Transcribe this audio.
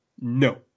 no